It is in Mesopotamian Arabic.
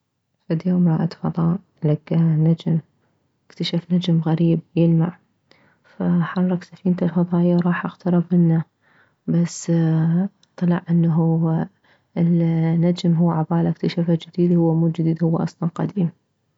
فد يوم رائد فضاء لكه نجم اكتشف نجم غريب يلمع فحرك سفينته الفضائية وراح اقترب منه بس طلع انه النجم هو عباله انه هو اكتشفه جديد ب هو اصلا قديم